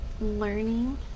learning